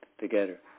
together